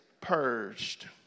purged